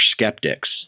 skeptics